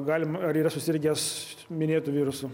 galima ar yra susirgęs minėtu virusu